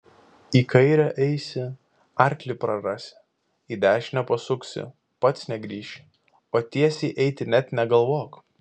į kairę eisi arklį prarasi į dešinę pasuksi pats negrįši o tiesiai eiti net negalvok